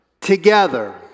together